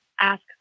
ask